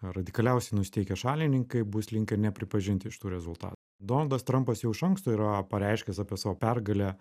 radikaliausiai nusiteikę šalininkai bus linkę nepripažinti šitų rezulta donaldas trampas jau iš anksto yra pareiškęs apie savo pergalę